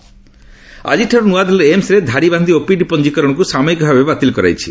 AIIMS OPD ଆଜିଠାରୁ ନୂଆଦିଲ୍ଲୀର ଏମ୍ସରେ ଧାଡ଼ିବାନ୍ଧି ଓପିଡି ପଞ୍ଜିକରଣକୁ ସାମୟିକ ଭାବେ ବାତିଲ କରାଯାଇଛି